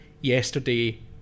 yesterday